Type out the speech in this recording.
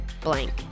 blank